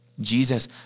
Jesus